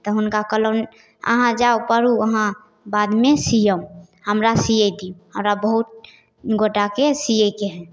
तऽ हुनका कहलहुँ अहाँ जाउ पढ़ू अहाँ बादमे सिअब हमरा सिए दिअऽ हमरा बहुत गोटाके सिएके हइ